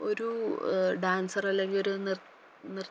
ഒരു ഡാൻസർ അല്ലെങ്കിൽ ഒരു